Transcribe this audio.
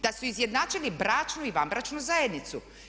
Da su izjednačili bračnu i vanbračnu zajednicu.